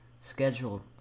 schedule